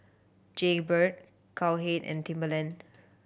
Jaybird Cowhead and Timberland